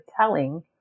telling